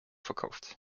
verkauft